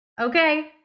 okay